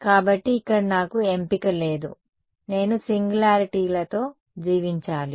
కాబట్టి ఇక్కడ నాకు ఎంపిక లేదు నేను సింగులారిటీల తో జీవించాలి